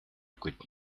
could